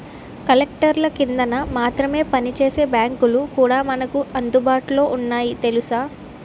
కలెక్టర్ల కిందన మాత్రమే పనిచేసే బాంకులు కూడా మనకు అందుబాటులో ఉన్నాయి తెలుసా